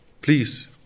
Please